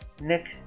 Nick